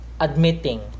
admitting